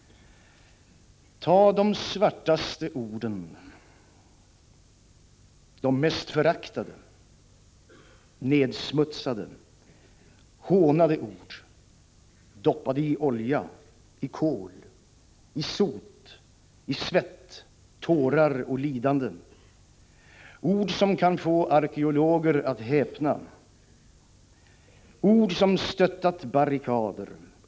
Tag de svartaste orden, de mest föraktade, nedsmutsade, hånade ord, doppade i olja, i kol, i sot, i svett, tårar och lidande, ord som kan få arkeologer att häpna. Ord som stöttat barrikader.